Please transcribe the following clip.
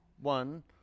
One